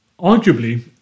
Arguably